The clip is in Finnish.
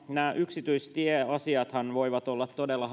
nämä yksityistieasiathan voivat olla todella